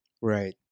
right